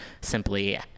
simply